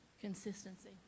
Consistency